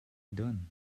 done